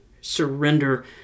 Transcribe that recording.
surrender